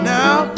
now